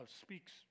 speaks